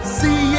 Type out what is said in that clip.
see